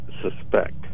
suspect